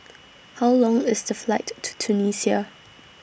How Long IS The Flight to Tunisia